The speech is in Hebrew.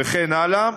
וכן הלאה.